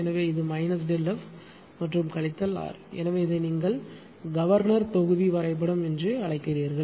எனவே இது minus ΔF மற்றும் கழித்தல் ஆர் எனவே இதை நீங்கள் கவர்னர் தொகுதி வரைபடம் என்று அழைக்கிறீர்கள்